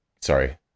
sorry